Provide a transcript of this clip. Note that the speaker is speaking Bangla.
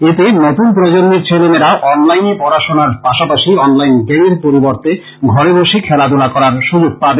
এতেকরে নতুন প্রজন্মের ছেলেমেয়েরা অনলাইন পড়াশুনোর পাশাপাশাই অনলাইন গেমের পরিবর্তে ঘরে বসে খেলাধূলা করার সুযোগ পাবে